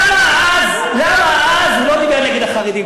למה אז הוא לא דיבר נגד החרדים,